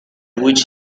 which